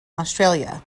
australia